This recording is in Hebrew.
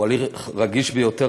הוא הליך רגיש ביותר,